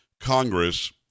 Congress